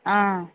ꯑꯥ